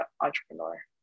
entrepreneur